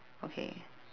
okay